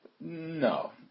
No